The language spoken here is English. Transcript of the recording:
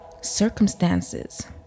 circumstances